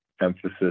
emphasis